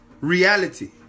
Reality